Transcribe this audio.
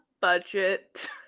budget